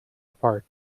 apart